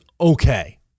okay